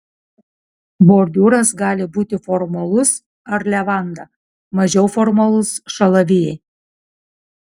bordiūras gali būti formalus ar levanda mažiau formalus šalavijai